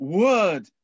word